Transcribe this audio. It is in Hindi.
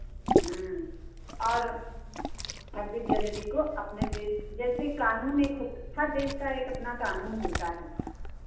हाँ और छब्बीस जनवरी को अपने देश जैसे कानून एक हर देश का एक अपना कानून होता है